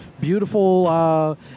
beautiful